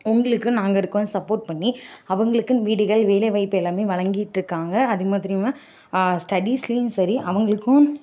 உங்களுக்கு நாங்கள் இருக்கோம்னு சப்போர்ட் பண்ணி அவங்களுக்குன்னு வீடுகள் வேலை வாய்ப்பு எல்லாமே வழங்கிட்டுருக்காங்க அதே மாதிரி இவங்க ஸ்டடீஸ்லேயும் சரி அவங்களுக்கும்